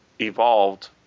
evolved